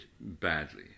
badly